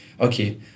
Okay